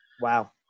Wow